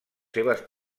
seves